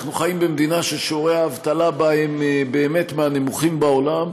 אנחנו חיים במדינה ששיעורי האבטלה בה הם מהנמוכים בעולם,